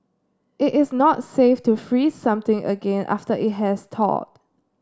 it is not safe to freeze something again after it has thawed